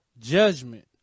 judgment